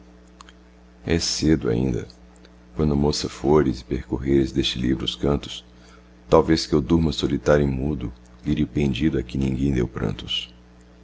é cedo ainda quando moça fores e percorreres deste livro os cantos talvez que eu durma solitário e mudo lírio pendido a que ninguém deu prantos